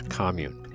commune